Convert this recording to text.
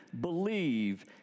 believe